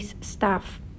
staff